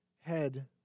head